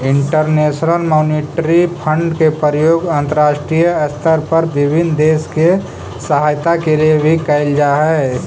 international Monetary Fund के प्रयोग अंतरराष्ट्रीय स्तर पर विभिन्न देश के सहायता के लिए भी कैल जा हई